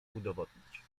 udowodnić